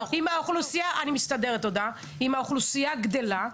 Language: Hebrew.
אם האוכלוסייה גדלה,